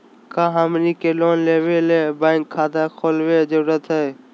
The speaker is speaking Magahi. का हमनी के लोन लेबे ला बैंक खाता खोलबे जरुरी हई?